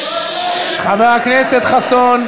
חבר הכנסת חסון,